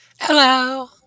Hello